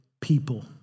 people